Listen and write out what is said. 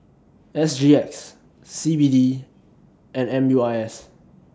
S G X C B D and M U I S